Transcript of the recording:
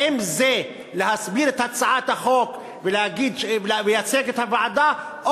האם זה להסביר את הצעת החוק ולייצג את הוועדה,